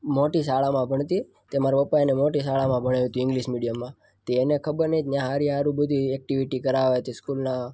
મોટી શાળામાં ભણતી તે મારા પપ્પા એને મોટી શાળામાં ભણાવી હતી ઇંગ્લિશ મીડિયમમાં તે એને ખબર નહીં તે મેં હારે હારું ભેગી એક્ટિવિટી કરાવે તે સ્કૂલના